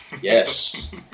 Yes